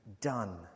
done